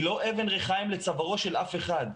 היא לא אבן ריחיים לצווארו של אף אחד.